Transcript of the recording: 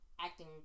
acting